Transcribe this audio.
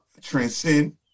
Transcend